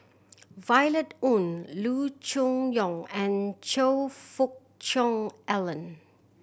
Violet Oon Loo Choon Yong and Choe Fook Cheong Alan